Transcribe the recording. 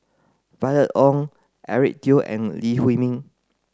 Violet Oon Eric Teo and Lee Huei Min